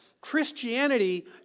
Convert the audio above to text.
Christianity